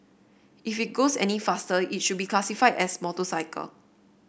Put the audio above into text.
if it goes any faster it should be classified as motorcycle